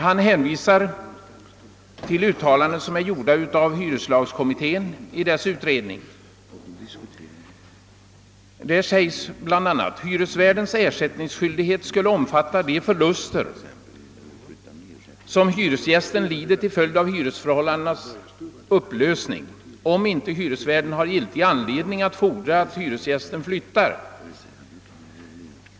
Han hänvisar till uttalanden i hyreslagskommitténs utredning, där det bl.a. sägs: Hyresvärdens ersättningsskyldighet skulle omfatta de förluster, som hyresgästen lider till följd av hyresförhållandets upplösning, om inte hyresvärden har giltig anledning att fordra att hyresgästen flyttar.